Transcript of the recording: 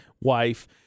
wife